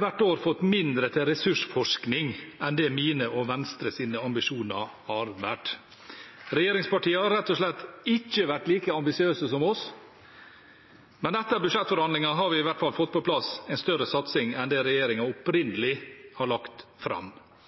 hvert år fått mindre til ressursforskning enn det mine og Venstres ambisjoner har vært. Regjeringspartiene har rett og slett ikke vært like ambisiøse som oss. Men etter budsjettforhandlingene har vi i hvert fall fått på plass en større satsing enn det regjeringen opprinnelig hadde lagt fram.